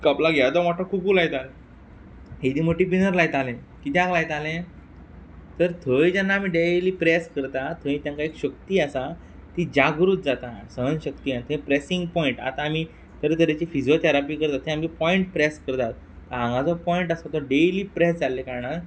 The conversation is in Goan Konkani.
कपलाक येदो मोठो कुंकू लायतात येदी मोठी पिनर लायतालें किद्याक लायतालें तर थंय जेन्ना आमी डेली प्रॅस करतात थंय तेंकां एक शक्ती आसा ती जागृत जाता सहनशक्ती आ थंय प्रॅसींग पॉयंट आतां आमी तरेतरेची फिजयोथॅरापी करता थंय आमगे पॉयंट प्रॅस करतात हांगां जो पॉयंट आसता तो डेली प्रॅस जाल्ले कारणान